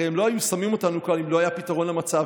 הרי הם לא היו שמים אותנו כאן אם לא היה פתרון למצב.